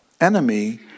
enemy